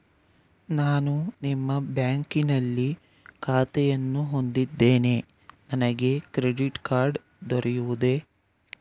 ನಾನು ನಿಮ್ಮ ಬ್ಯಾಂಕಿನಲ್ಲಿ ಖಾತೆಯನ್ನು ಹೊಂದಿದ್ದೇನೆ ನನಗೆ ಕ್ರೆಡಿಟ್ ಕಾರ್ಡ್ ದೊರೆಯುವುದೇ?